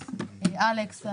אלכס,